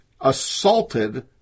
assaulted